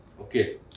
Okay